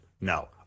no